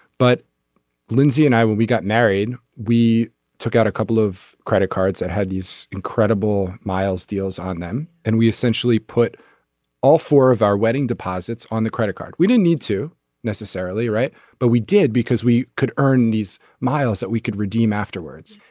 but lindsay and i will we got married. we took out a couple of credit cards that had these incredible miles deals on them and we essentially put all four of our wedding deposits on the credit card. we didn't need to necessarily write but we did because we could earn these miles that we could redeem afterwards.